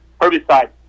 herbicide